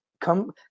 come